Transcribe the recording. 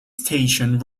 station